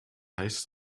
heißt